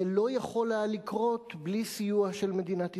זה לא יכול היה לקרות בלי סיוע של מדינת ישראל.